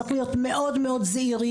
צריך להיות מאוד מאוד זהירים,